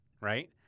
right